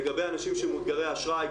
לגבי אנשים שהם מאותגרי אשראי,